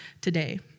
today